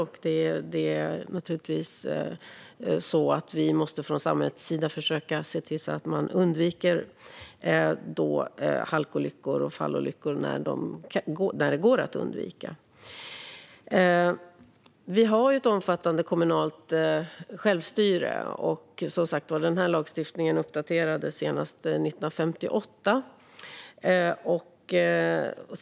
Vi måste naturligtvis från samhällets sida försöka se till att man undviker halkolyckor och fallolyckor när de går att undvika. Vi har ett omfattande kommunalt självstyre. Och denna lagstiftning uppdaterades, som sagt, senast 1958.